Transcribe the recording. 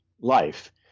life